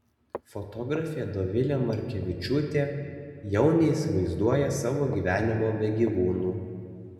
fotografė dovilė markevičiūtė jau neįsivaizduoja savo gyvenimo be gyvūnų